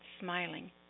smiling